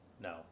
No